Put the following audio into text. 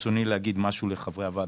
ברצוני להגיד משהו לחברי הוועדה.